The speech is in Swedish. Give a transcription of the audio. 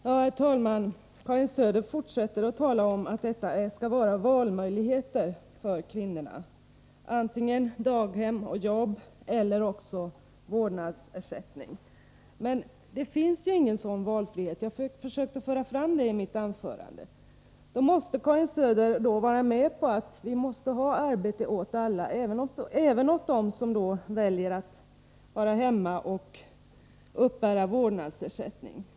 Herr talman! Karin Söder fortsätter att tala om att det skall finnas valmöjlighet för kvinnorna, så att de kan välja antingen daghem och jobb eller vårdnadsersättning. Men det finns inte, som jag försökte föra fram i mitt anförande, någon sådan valfrihet. Karin Söder måste därför hålla med mig om att förutsättningen för den valfriheten är att vi har arbete åt alla, även åt dem som väljer att vara hemma och uppbära vårdnadsersättning.